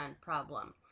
problem